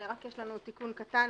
רק יש לנו תיקון קטן.